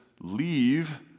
leave